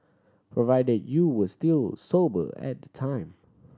provided you were still sober at the time